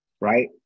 right